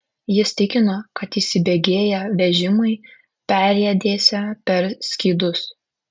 jis tikino kad įsibėgėję vežimai perriedėsią per skydus